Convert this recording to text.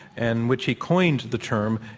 and which he coined the term,